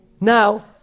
Now